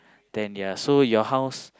then ya so your house